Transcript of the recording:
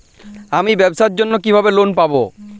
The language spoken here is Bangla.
আমি ব্যবসার জন্য কিভাবে লোন পাব?